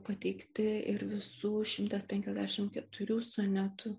pateikti ir visų šimtas penkiasdešimt keturių sonetų